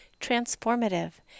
transformative